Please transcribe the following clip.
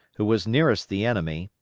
who was nearest the enemy,